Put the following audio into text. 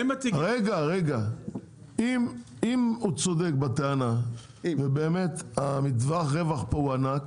אם הוא צודק בטענה ובאמת טווח הרווח פה הוא ענק